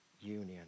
union